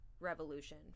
revolution